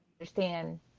understand